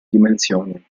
dimensioni